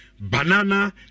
banana